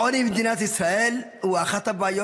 העוני במדינת ישראל הוא אחת הבעיות